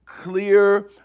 clear